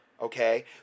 Okay